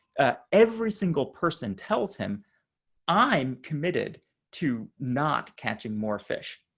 ah every single person tells him i'm committed to not catching more fish.